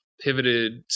pivoted